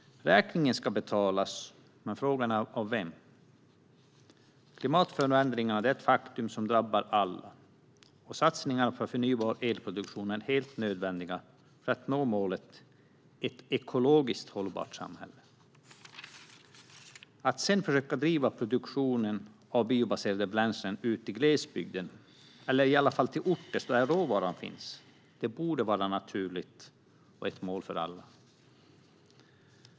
Räkningen ska betalas, men frågan är av vem. Klimatförändringen är ett faktum som drabbar alla. Satsningar på förnybar elproduktion är helt nödvändiga för att man ska nå målet: ett ekologiskt hållbart samhälle. Att sedan driva på produktionen av biobränslen ut i glesbygden eller i alla fall till orter där råvaran finns borde vara naturligt och ett mål för alla.